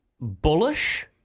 bullish